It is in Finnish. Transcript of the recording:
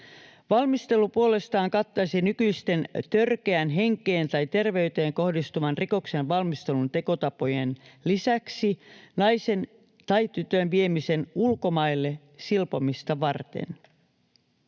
Valmistelu puolestaan kattaisi nykyisten törkeän henkeen tai terveyteen kohdistuvan rikoksen valmistelun tekotapojen lisäksi naisen tai tytön viemisen ulkomaille silpomista varten.